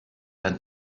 than